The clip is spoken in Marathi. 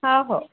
हा हो